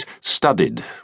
studded